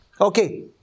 Okay